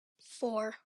four